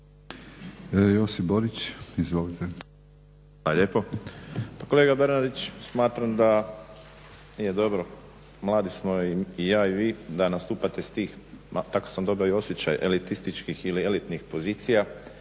Josip (HDZ)** Hvala lijepo. Pa kolega Bernardić smatram da nije dobro, mladi smo i ja i vi, da nastupate s tih, tako sam dobio i osjećaje elitističkih ili elitnih pozicija